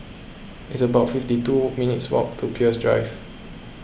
it's about fifty two minutes' walk to Peirce Drive